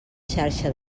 xarxa